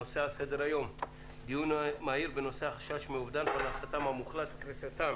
על סדר-היום: דיון מהיר בנושא: "החשש מאובדן פרנסתם המוחלט וקריסתם